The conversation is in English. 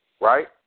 Right